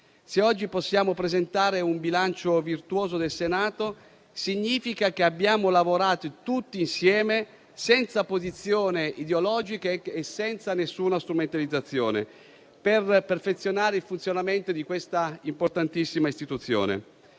Se oggi possiamo presentare un bilancio virtuoso del Senato, significa che abbiamo lavorato tutti insieme, senza posizioni ideologiche e senza nessuna strumentalizzazione, per perfezionare il funzionamento di questa importantissima istituzione.